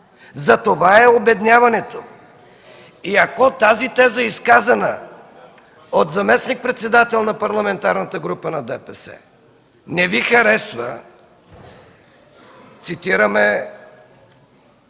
Затова е обедняването. И ако тази теза, изказана от заместник-председател на Парламентарната група на ДПС, не Ви харесва, цитираме